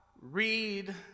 read